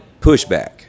pushback